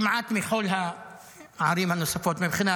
מבחינה בין-לאומית כמעט מכל הערים הנוספות.